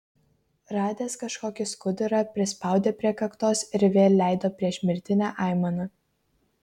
radęs kažkokį skudurą prispaudė prie kaktos ir vėl leido priešmirtinę aimaną